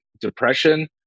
depression